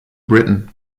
britain